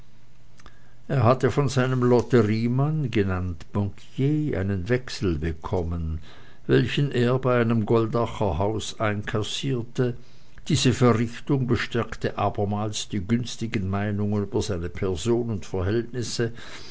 er hatte von seinem lotteriemann genannt bankier einen wechsel bekommen welchen er bei einem goldacher haus einkassierte diese verrichtung bestärkte abermals die günstigen meinungen über seine person und verhältnisse